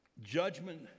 Judgment